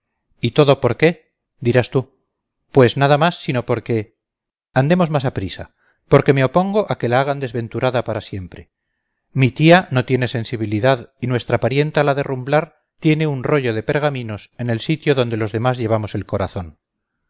y todo por qué dirás tú pues nada más sino porque andemos más a prisa porque me opongo a que la hagan desventurada para siempre mi tía no tiene sensibilidad y nuestra parienta la de rumblar tiene un rollo de pergaminos en el sitio donde los demás llevamos el corazón